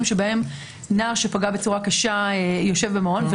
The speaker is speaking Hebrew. שבהם נער שפגע בצורה קשה יושב במעון,